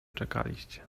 czekaliście